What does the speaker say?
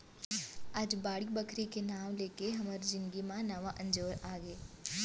आज बाड़ी बखरी के नांव लेके हमर जिनगी म नवा अंजोर आगे